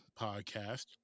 podcast